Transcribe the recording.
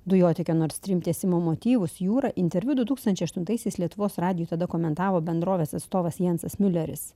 dujotiekio nord stream tiesimo motyvus jūrą interviu du tūkstančiai aštuntaisiais lietuvos radijui tada komentavo bendrovės atstovas jansas miuleris